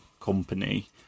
company